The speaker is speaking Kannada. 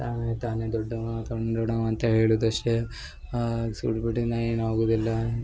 ತಾನೆ ತಾನೆ ದೊಡ್ಡವ ತಾನೆ ದೊಡ್ಡವ ಅಂತ ಹೇಳುದ ಅಷ್ಟೆ ಸೂಟ್ ಬುಟ್ ಇಂದ ಏನೂ ಆಗೋದಿಲ್ಲ